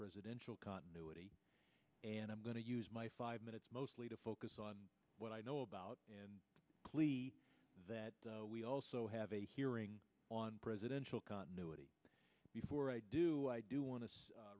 presidential continuity and i'm going to use my five minutes mostly to focus on what i know about and plea that we also have a hearing on presidential continuity before i do i do want